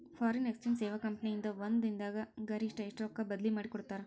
Foreign exchange ಸೇವಾ company ಇಂದಾ ಒಂದ್ ದಿನ್ ದಾಗ್ ಗರಿಷ್ಠ ಎಷ್ಟ್ ರೊಕ್ಕಾ ಬದ್ಲಿ ಮಾಡಿಕೊಡ್ತಾರ್?